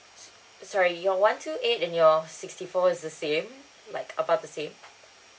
sorry your one two eight and your sixty four is the same like about the same